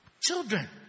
Children